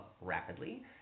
rapidly